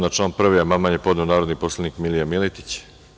Na član 1. amandman je podneo narodni poslanik Milija Miletić.